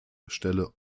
stelle